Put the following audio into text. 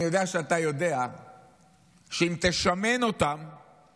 אני יודע שאתה יודע שאם תשמן אותן, אז גם